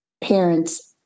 parents